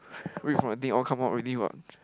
read from the thing all come out already [what]